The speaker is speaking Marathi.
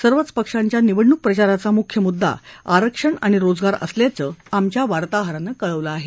सर्वच पक्षाच्या निवडणूक प्रचाराचा मुख्य मुद्दा आरक्षण अणि रोजगार असल्याचं आमच्या वार्ताहरानं कळवलं आहे